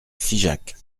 figeac